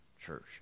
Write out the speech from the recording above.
church